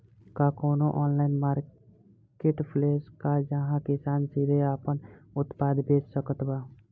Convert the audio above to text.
का कउनों online marketplace बा जहां किसान सीधे आपन उत्पाद बेच सकत बा?